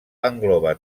engloba